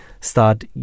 start